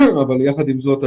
אבל יחד עם זאת,